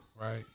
Right